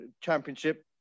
Championship